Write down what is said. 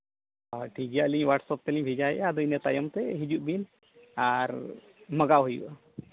ᱦᱳᱭ ᱴᱷᱤᱠ ᱜᱮᱭᱟ ᱟᱹᱞᱤᱧ ᱦᱚᱣᱟᱴᱥᱚᱯ ᱛᱮᱞᱤᱧ ᱵᱷᱮᱡᱟᱭᱮᱜᱼᱟ ᱟᱫᱚ ᱤᱱᱟᱹ ᱛᱟᱭᱚᱢ ᱛᱮ ᱦᱤᱡᱩᱜ ᱵᱤᱱ ᱟᱨ ᱢᱟᱜᱟᱣ ᱦᱩᱭᱩᱜᱼᱟ